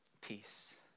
Peace